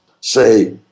say